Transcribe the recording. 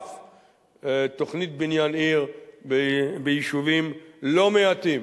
תוכנית בניין עיר, ביישובים לא מעטים.